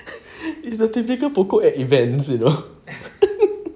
it's the typical pokok at events you know